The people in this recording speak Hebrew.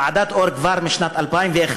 ועדת אור, כבר בשנת 2001,